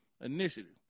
initiative